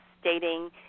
stating